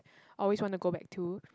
always wanna go back to